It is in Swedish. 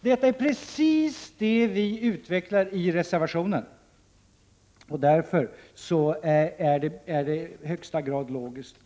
Detta är precis det vi utvecklar i reservationen, och därför är det vi säger i högsta grad logiskt.